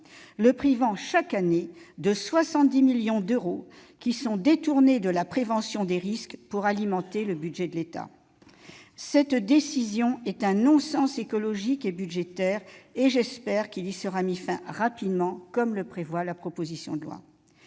le privant chaque année de 70 millions d'euros, qui sont détournés de la prévention des risques pour alimenter le budget de l'État ? Cette décision est un non-sens écologique et budgétaire, et j'espère qu'il y sera mis fin rapidement, comme le prévoit la proposition de loi.